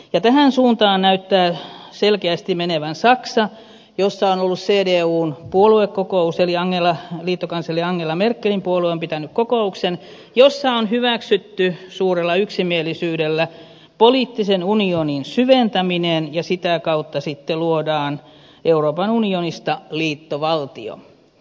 tähän suuntaan näyttää selkeästi menevän saksa jossa on ollut cdun puoluekokous eli liittokansleri angela merkelin puolue on pitänyt kokouksen jossa on hyväksytty suurella yksimielisyydellä poliittisen unionin syventäminen ja sitä kautta sitten luodaan euroopan unionista liittovaltio